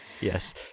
Yes